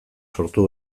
sortu